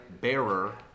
bearer